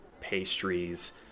pastries